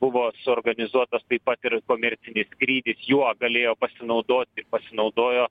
buvo suorganizuotas taip pat ir komercinis skrydis juo galėjo pasinaudot pasinaudojo